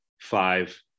five